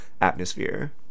atmosphere